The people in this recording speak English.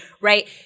Right